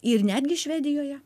ir netgi švedijoje